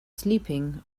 sleeping